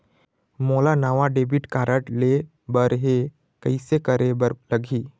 मोला नावा debit card लेबर हे, कइसे करे बर लगही?